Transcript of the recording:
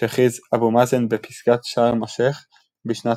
שהכריז אבו מאזן בפסגת שארם א-שייח בשנת